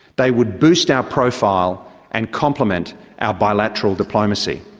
they would boost our profile and complement our bilateral diplomacy.